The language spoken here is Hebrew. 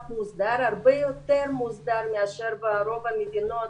הרבה יותר מוסדר מאשר ברוב המדינות